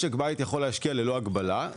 משק בית יכול להשקיע ללא הגבלה.